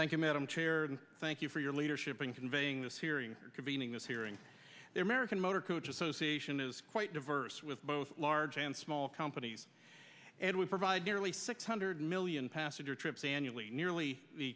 and thank you for your leadership in conveying this hearing convening this hearing the american motor coach association is quite diverse with both large and small companies and we provide nearly six hundred million passenger trips annually nearly